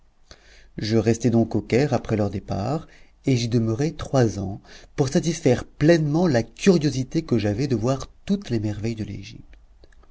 je restai donc au caire après leur départ et j'y demeurai trois ans pour satisfaire pleinement la curiosité que j'avais de voir toutes les merveilles de l'égypte